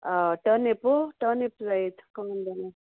टर्नीपू turnip rate कोण जाले